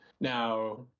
Now